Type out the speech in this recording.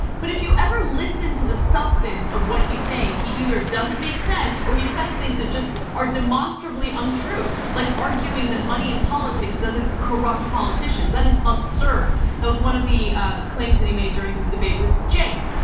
but if you ever listen to the substance of what he's saying, he either doesn't make sense or he says things that just are demonstrably untrue. like arguing that money and politics doesn't corrupt politicians. that is absurd. that was one of the claims that he made during his debate with jake.